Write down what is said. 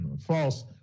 false